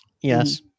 Yes